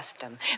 custom